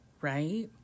right